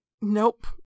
Nope